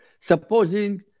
Supposing